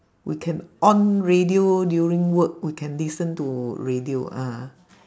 we can on radio during work we can listen to radio ah